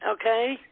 okay